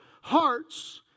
hearts